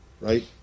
right